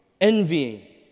envying